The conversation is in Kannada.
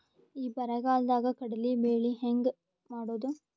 ಈ ಬರಗಾಲದಾಗ ಕಡಲಿ ಬೆಳಿ ಹೆಂಗ ಮಾಡೊದು?